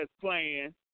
playing